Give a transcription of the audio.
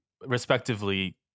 respectively